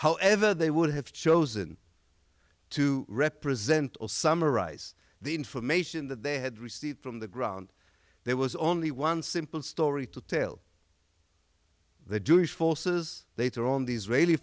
however they would have chosen to represent or summarize the information that they had received from the ground there was only one simple story to tell the jewish forces they too are on the israeli